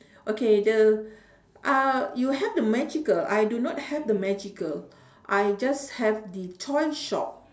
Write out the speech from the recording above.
okay the uhh you have the magical I do not have the magical I just have the toy shop